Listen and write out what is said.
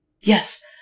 Yes